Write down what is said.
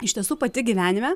iš tiesų pati gyvenime